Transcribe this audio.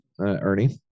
Ernie